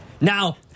Now